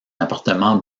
appartement